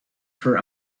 per